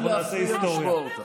אנחנו נעשה היסטוריה.